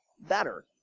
better